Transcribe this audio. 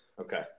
Okay